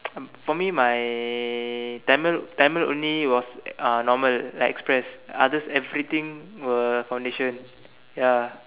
um for me my Tamil Tamil only was uh normal like express others everything were foundation ya